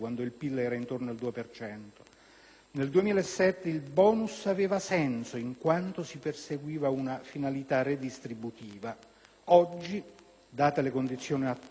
Nel 2007 il *bonus* aveva senso in quanto si perseguiva una finalità redistributiva. Oggi, date le condizioni attuali ed attese dell'economia,